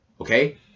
okay